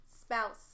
spouse